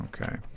Okay